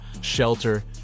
shelter